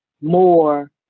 more